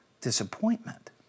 disappointment